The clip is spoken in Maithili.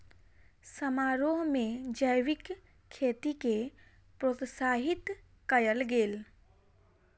समारोह में जैविक खेती के प्रोत्साहित कयल गेल